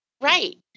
right